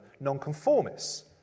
non-conformists